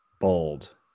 bold